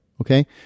Okay